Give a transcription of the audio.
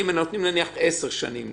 נכון, צריך להגדיל.